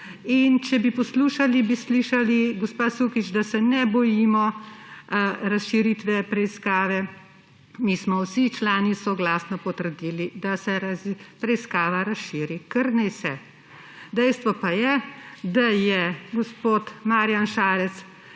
In če bi poslušali, bi slišali, gospa Sukič, da se ne bojim razširitve preiskave. Mi smo vsi člani soglasno potrdili, da se preiskava razširi, kar naj se. Dejstvo pa je, da je gospod Marjan Šarec